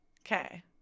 Okay